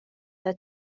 her